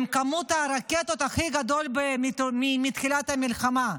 עם כמות הרקטות הכי גדולה מתחילת המלחמה.